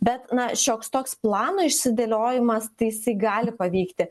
bet na šioks toks plano išsidėliojimas tai jisai gali pavykti